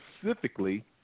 specifically